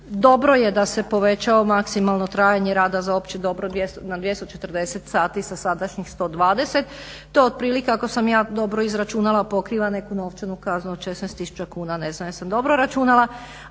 Dobro je da se povećalo maksimalno trajanje rada za opće dobro na 240 sati sa sadašnjih 120. To otprilike ako sam ja dobro izračunala pokriva neku novčanu kaznu od 16 tisuća kuna. Ne znam jesam li dobro računala.